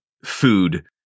food